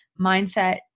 mindset